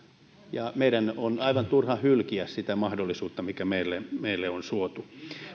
ja meidän on aivan turha hylkiä sitä mahdollisuutta mikä meille meille on suotu